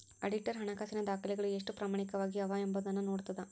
auditor ಹಣಕಾಸಿನ ದಾಖಲೆಗಳು ಎಷ್ಟು ಪ್ರಾಮಾಣಿಕವಾಗಿ ಅವ ಎಂಬೊದನ್ನ ನೋಡ್ತದ